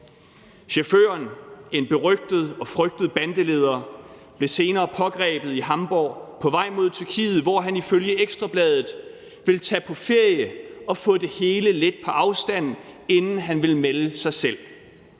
Chaufføren, en berygtet og frygtet bandeleder, blev senere pågrebet i Hamborg på vej mod Tyrkiet, hvor han ifølge Ekstra Bladet ville »tage på ferie og få det hele lidt på afstand, inden han ville melde sig selv«.